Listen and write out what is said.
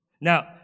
Now